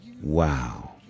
Wow